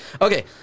Okay